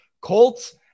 Colts